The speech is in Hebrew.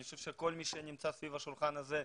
אני חושב שכל מי שנמצא סביב השולחן הזה,